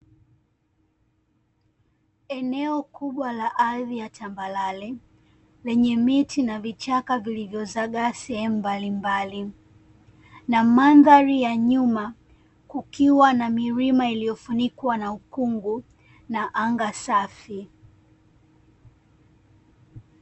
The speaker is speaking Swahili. Eneo kubwa la ardhi ya tambarare, lenye miti na vichaka vilivyozagaa sehemu mbalimbali, na mandhari ya nyuma kukiwa na milima iliyofunikwa na ukungu na anga safi.